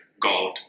God